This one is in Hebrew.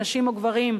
נשים או גברים,